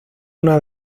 una